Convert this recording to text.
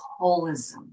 holism